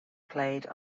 played